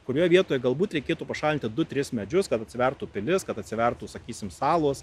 kurioj vietoj galbūt reikėtų pašalinti du tris medžius kad atsivertų pilis kad atsivertų sakysim salos